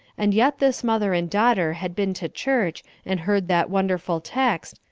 and yet this mother and daughter had been to church and heard that wonderful text,